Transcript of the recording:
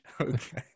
okay